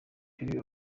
filime